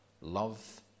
Love